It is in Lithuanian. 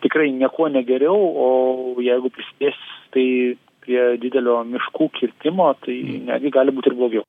tikrai niekuo negeriau o jeigu prisidės tai prie didelio miškų kirtimo tai netgi gali būt ir blogiau